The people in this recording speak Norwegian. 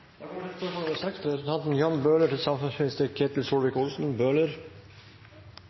Da går vi tilbake til spørsmål 3. Dette spørsmålet, fra representanten Are Helseth til